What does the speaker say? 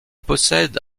possède